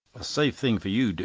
a safe thing for you,